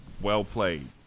well-played